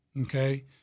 Okay